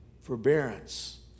forbearance